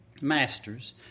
Masters